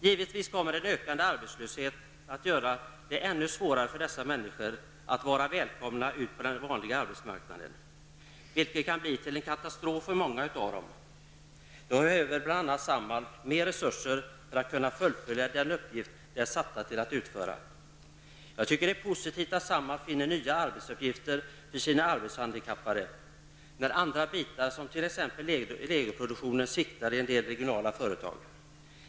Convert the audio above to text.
Givetvis kommer en ökande arbetslöshet att medföra att dessa människor blir ännu mindre välkomna på den vanliga arbetsmarknaden, vilket kan leda till en katastrof för många av dem. Därför behöver bl.a. Samhall mera resurser för att kunna fullfölja den uppgift man är satt till att utföra. Jag tycker att det är positivt att Samhall finner nya arbetsuppgifter för de arbetshandikappade när andra delar, t.ex. legoproduktionen, sviktar i en del regionala företag.